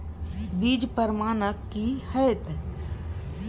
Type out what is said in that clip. बीज प्रमाणन की हैय?